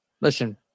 Listen